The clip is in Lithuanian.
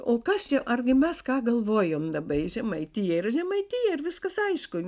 o kas čia argi mes ką galvojom labai žemaitija ir žemaitija ir viskas aišku